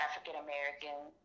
African-American